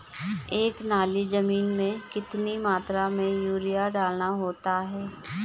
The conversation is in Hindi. एक नाली जमीन में कितनी मात्रा में यूरिया डालना होता है?